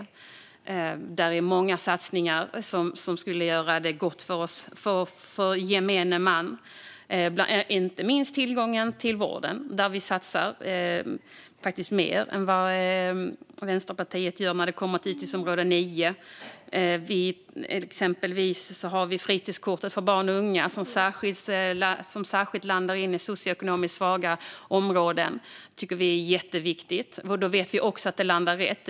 I budgeten finns många satsningar som gör gott för gemene man - inte minst tillgången till vården, där vi faktiskt satsar mer än vad Vänsterpartiet gör när det kommer till utgiftsområde 9. Det handlar exempelvis om fritidskortet för barn och unga, som särskilt landar in i socioekonomiskt svaga områden. Det tycker vi är jätteviktigt. Vi vet också att det träffar rätt.